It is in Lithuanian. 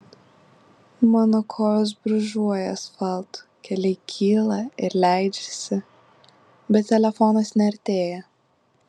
mano kojos brūžuoja asfaltu keliai kyla ir leidžiasi bet telefonas neartėja